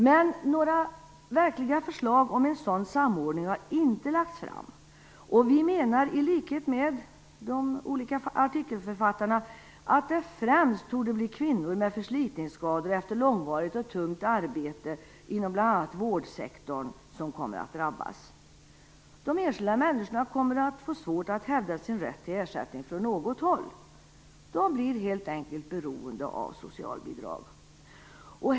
Men några verkliga förslag om en sådan samordning har inte lagts fram, och vi menar i likhet med artikelförfattarna att det främst torde bli kvinnor med förslitningsskador efter långvarigt och tungt arbete inom bl.a. vårdsektorn som kommer att drabbas. De enskilda människorna kommer att få svårt att hävda sin rätt till ersättning från något håll. De blir helt enkelt beroende av socialbidrag.